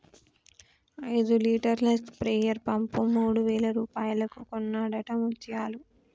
ఐదు లీటర్ల sprayer pump మూడు వేల రూపాయలకు కొన్నడట ముత్యాలు